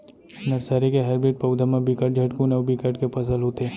nursery के hybrid पउधा म बिकट झटकुन अउ बिकट के फसल होथे